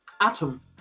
Atom